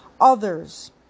Others